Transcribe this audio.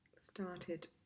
started